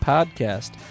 Podcast